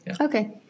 Okay